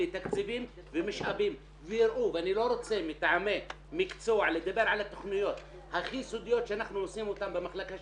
שקובעים לנו מה הן התכניות המתאימות הרצויות להם כדי לקדם את האוכלוסייה